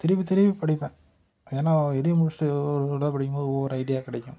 திரும்பி திரும்பி படிப்பேன் ஏன்னா இதையும் முடித்துட்டு ஒவ்வொரு வேர்டாக படிக்கும்போது ஒவ்வொரு ஐடியா கிடைக்கும்